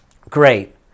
great